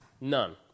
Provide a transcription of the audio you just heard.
none